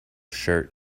shirt